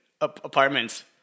apartments